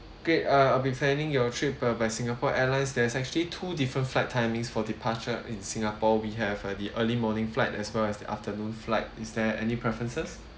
great uh I'll be planning your trip uh by singapore airlines there is actually two different flight timings for departure in singapore we have uh the early morning flights as well as the afternoon flight is there any preferences